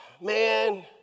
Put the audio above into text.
man